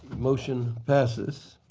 motion passes.